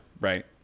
right